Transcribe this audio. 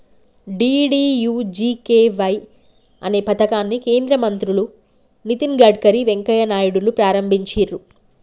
DDUGKY అనే పథకాన్ని కేంద్ర మంత్రులు నితిన్ గడ్కరీ, వెంకయ్య నాయుడులు ప్రారంభించిర్రు